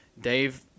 Dave